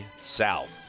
South